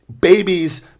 Babies